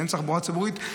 ואם אין תחבורה ציבורית,